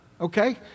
Okay